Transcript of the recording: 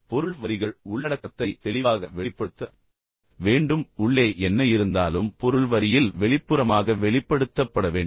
பொருள் வரிகள் உள்ளடக்கத்தை தெளிவாக வெளிப்படுத்த வேண்டும் உள்ளே என்ன இருந்தாலும் பொருள் வரியில் வெளிப்புறமாக வெளிப்படுத்தப்பட வேண்டும்